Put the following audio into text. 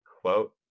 quote